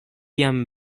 iam